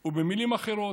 ובמילים אחרות,